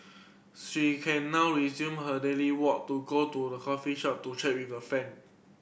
she can now resume her daily walk to go to the coffee shop to chat with their friend